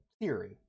theory